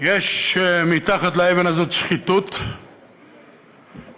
יש מתחת לאבן הזאת שחיתות ולענה,